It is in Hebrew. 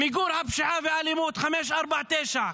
אפילו תוכנית מיגור הפשיעה והאלימות, 549,